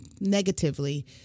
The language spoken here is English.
negatively